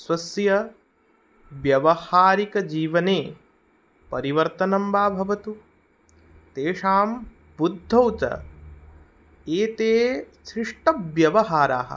स्वस्य व्यावहारिकजीवने परिवर्तनं वा भवतु तेषां बुद्धौ च एते शिष्टव्यवहाराः